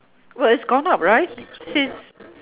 well it's gone up right since